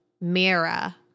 Mira